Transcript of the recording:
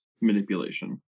Manipulation